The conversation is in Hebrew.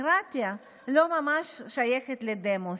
הקרטיה לא ממש שייכת לדמוס.